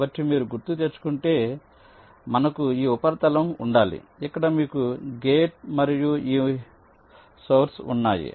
కాబట్టి మీరు గుర్తుకు తెచ్చుకోండి మాకు ఒక ఉపరితలం ఉండాలి ఇక్కడ మీకు గేట్ మరియు ఈ మూలం ఉన్నాయి